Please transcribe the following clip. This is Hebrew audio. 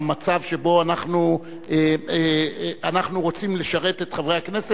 אנחנו רוצים לשרת את חברי הכנסת,